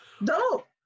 No